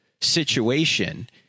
situation